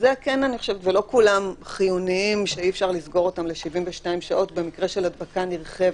ולא כולם חיוניים שאי-אפשר לסגור אותם ל-72 שעות במקרה של הדבקה נרחבת.